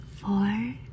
four